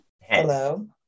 hello